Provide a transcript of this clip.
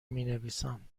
مینویسم